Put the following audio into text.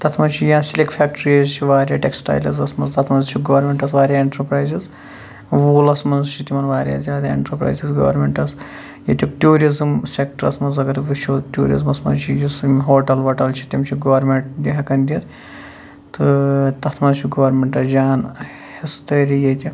تَتھ مَنٛز چھِ یا سلک فیٚکٹریٖز چھِ واریاہ ٹیٚکسٹایلٕزَس مَنٛز تَتھ مَنٛز چھِ گورمینٹَس واریاہ ایٚنٹَرپرایزٕز ووٗلَس مَنٛز چھُ تِمَن واریاہ زیادٕ ایٚنٹَرپرایزٕز گورمینٹَس ییٚتیُک ٹوٗرِزٕم سیٚکٹرس مَنٛز اَگَر وٕچھو ٹوٗرِزٕمَس مَنٛز چھِ یُس یِم ہوٹَل ووٹَل چھِ تِم چھِ گورمینٹ تہِ ہیٚکان دِتھ تہٕ تَتھ مَنٛز چھُ گورمینٹَس جان حِصہٕ دٲری ییٚتہِ